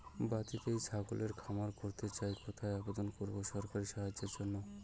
বাতিতেই ছাগলের খামার করতে চাই কোথায় আবেদন করব সরকারি সহায়তার জন্য?